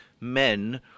men